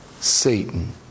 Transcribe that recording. Satan